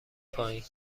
پایین